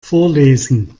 vorlesen